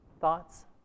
Thoughts